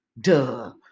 Duh